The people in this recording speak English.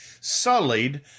sullied